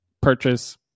purchase